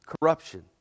corruption